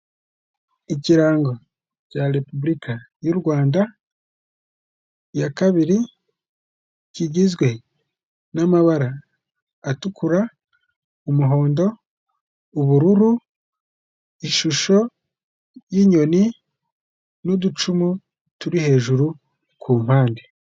Ikirango cya Repubulika y'u Rwanda ya kabiri, kigizwe n'amabara atukura, umuhondo, ubururu, ishusho y'inyoni n'uducumu turi hejuru ku mpande.